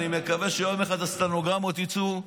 אני מקווה שיום אחד הסטנוגרמות יצאו,